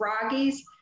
froggies